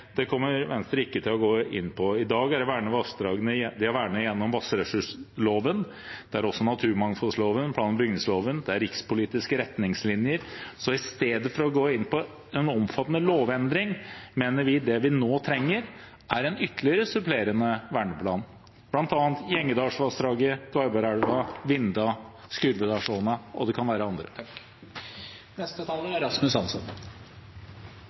kommer Venstre ikke til å gå inn for i dag. De vernede vassdragene i dag er vernet gjennom vannressursloven, gjennom naturmangfoldloven, plan- og bygningsloven – rikspolitiske retningslinjer. I stedet for å gå inn på en omfattende lovendring, mener vi at vi nå trenger en ytterligere supplerende verneplan for Gjengedalsvassdraget, Garbergelva, Vinda og Skurvedalsåna, og det kan være andre. Vernede vassdrag inngår nå ikke i mandatet i energikommisjonen, i tråd med vårt forslag. Det er